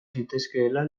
zitezkeela